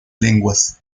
lenguas